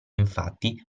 infatti